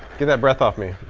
get that breath off me.